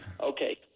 Okay